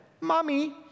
Mommy